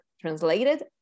translated